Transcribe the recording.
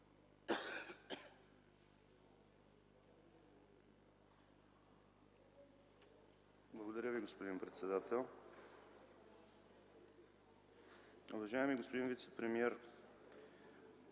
Благодаря Ви, господин председател. Уважаеми господин председател,